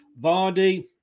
Vardy